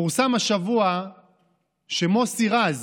פורסם השבוע שמוסי רז